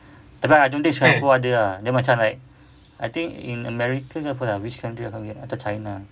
tapi I don't think singapore ada ah dia macam like I think in america ke apa ah which country atau china